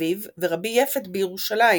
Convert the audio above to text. אביו ורבי יפת בירושלים,